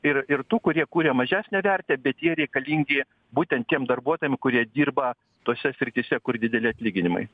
ir ir tų kurie kuria mažesnę vertę bet jie reikalingi būtent tiem darbuotojam kurie dirba tose srityse kur dideli atlyginimai